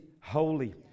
holy